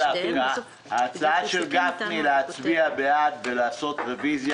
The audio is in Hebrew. ההצעה של גפני היא להצביע בעד ולעשות רביזיה,